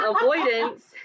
avoidance